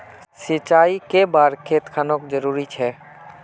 सिंचाई कै बार खेत खानोक जरुरी छै?